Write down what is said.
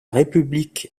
république